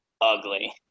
ugly